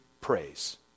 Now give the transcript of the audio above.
praise